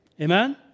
Amen